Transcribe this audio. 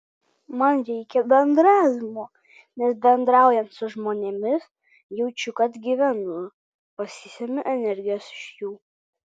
man reikia bendravimo nes bendraujant su žmonėmis jaučiu kad gyvenu pasisemiu energijos iš jų